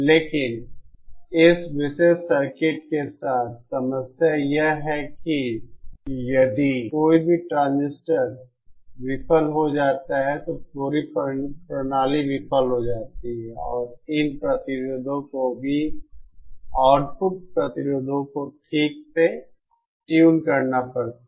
लेकिन इस विशेष सर्किट के साथ समस्या यह है कि यदि कोई भी ट्रांजिस्टर विफल हो जाता है तो पूरी प्रणाली विफल हो जाती है और इन प्रतिरोधों को भी आउटपुट प्रतिरोधों को ठीक से ट्यून करना पड़ता है